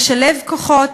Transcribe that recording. לשלב כוחות,